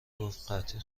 گفتقحطی